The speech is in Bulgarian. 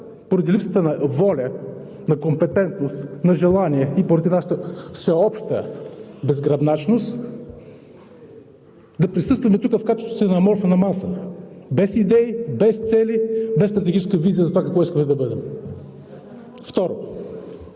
поради липсата на воля, на компетентност, на желание и поради нашата всеобща безгръбначност да присъстваме тук в качеството си на аморфна маса – без идеи, без цели, без стратегическа визия за това какво искаме да бъдем. Второ,